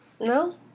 No